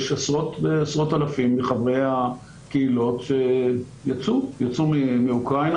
יש עשרות אלפים מחברי הקהילות שיצאו מאוקראינה.